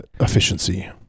efficiency